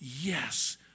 yes